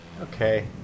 Okay